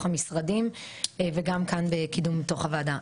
המשרדים וגם כאן בקידום בתוך הוועדה.